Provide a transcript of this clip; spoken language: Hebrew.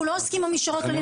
אנחנו לא עוסקים במישור הכללי,